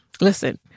Listen